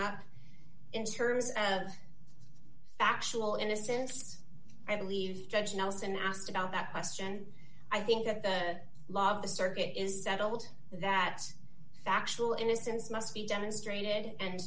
up in terms of actual innocence i believe judge nelson asked about that question i think that the law of the circuit is settled that factual innocence must be demonstrated and